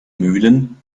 mühlen